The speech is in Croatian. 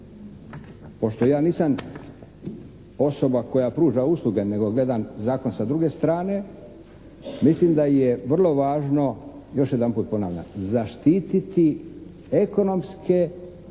Pošto ja nisam osoba koja pruža usluge nego gledam zakon sa druge strane, mislim da je vrlo važno, još jedanput ponavljam, zaštiti ekonomske nacionalne